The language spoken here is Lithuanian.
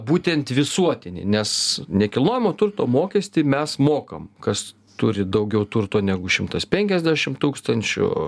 būtent visuotinį nes nekilnojamo turto mokestį mes mokam kas turi daugiau turto negu šimtas penkiasdešim tūkstančių